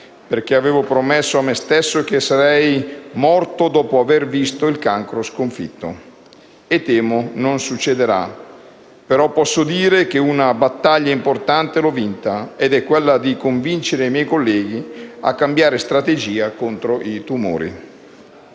perché avevo promesso a me stesso che sarei morto dopo aver visto il cancro sconfitto, e temo non succederà. Però posso dire che una battaglia importante l'ho vinta, ed è quella di convincere i miei colleghi a cambiare strategia contro i tumori».